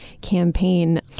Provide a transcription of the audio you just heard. campaign